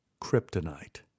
kryptonite